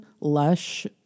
lush